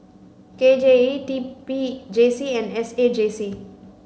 K J E T P J C and S A J C